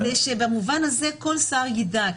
ושבמובן הזה כל שר יידע.